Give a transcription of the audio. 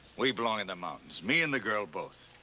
we belong in the mountains, me and the girl both.